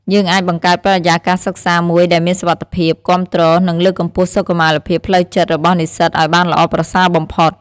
យើងអាចបង្កើតបរិយាកាសសិក្សាមួយដែលមានសុវត្ថិភាព គាំទ្រ និងលើកកម្ពស់សុខុមាលភាពផ្លូវចិត្តរបស់និស្សិតឱ្យបានល្អប្រសើរបំផុត។